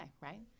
right